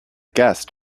guest